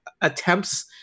attempts